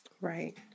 Right